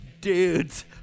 Dudes